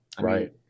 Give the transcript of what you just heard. Right